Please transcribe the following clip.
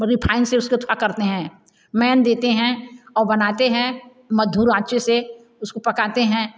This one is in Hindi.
रिफाइन से उसको थोड़ा करते हैं मैन देते हैं और बनाते हैं मधुर आँच से उसको पकाते हैं